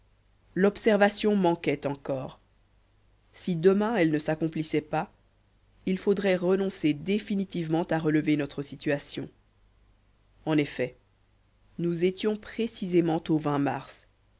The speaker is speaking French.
l'observation manquait encore si demain elle ne s'accomplissait pas il faudrait renoncer définitivement à relever notre situation en effet nous étions précisément au mars